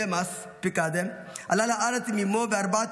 דמאס פיקאדה עלה לארץ עם אימו וארבעת